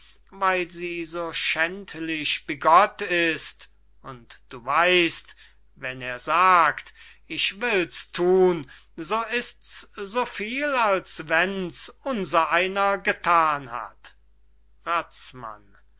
weil sie so schändlich bigott ist und du weist wenn er sagt ich will's thun so ist's so viel als wenn's unser einer gethan hat